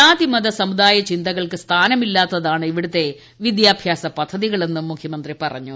ജാതിമത സമുദായ ചിന്തകൾക്ക് സ്ഥാനമില്ലാത്തതാണ് ഇവിടത്തെ വിദ്യാഭ്യാസ പദ്ധതികളെന്നും മുഖ്യമന്ത്രി പറഞ്ഞു